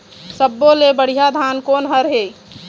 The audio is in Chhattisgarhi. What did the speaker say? सब्बो ले बढ़िया धान कोन हर हे?